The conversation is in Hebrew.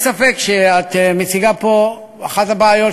אין ספק שאת מציגה פה את אחת הבעיות,